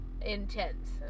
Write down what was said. intense